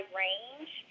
range